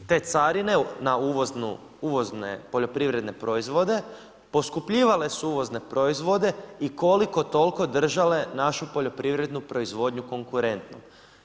Te carine na uvozne poljoprivredne proizvode poskupljivale su uvozne proizvode i koliko toliko držale našu poljoprivrednu proizvodnju konkurentnom.